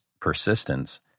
persistence